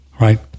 right